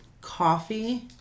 coffee